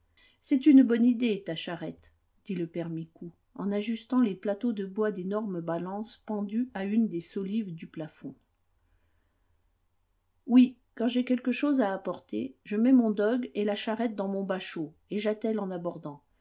c'est une bonne idée ta charrette dit le père micou en ajustant les plateaux de bois d'énormes balances pendues à une des solives du plafond oui quand j'ai quelque chose à apporter je mets mon dogue et la charrette dans mon bachot et j'attelle en abordant